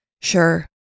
Sure